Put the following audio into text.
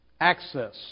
Access